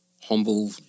humble